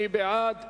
מי בעד?